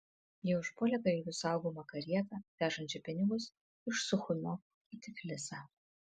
jie užpuolė kareivių saugomą karietą vežančią pinigus iš suchumio į tiflisą